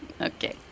okay